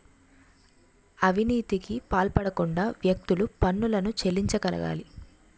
అవినీతికి పాల్పడకుండా వ్యక్తులు పన్నులను చెల్లించగలగాలి